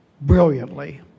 brilliantly